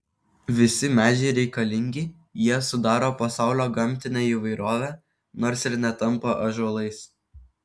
visi medžiai reikalingi jie sudaro pasaulio gamtinę įvairovę nors ir netampa ąžuolais